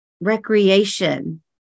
recreation